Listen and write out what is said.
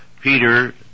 Peter